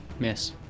Miss